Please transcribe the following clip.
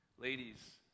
Ladies